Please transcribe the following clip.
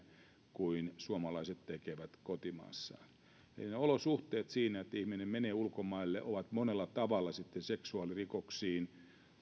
kuin suomalaiset tekevät kotimaassaan eli ne olosuhteet siinä kun ihminen menee ulkomaille ovat monella tavalla seksuaalirikoksiin